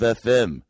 fm